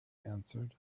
answered